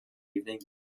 evening